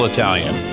Italian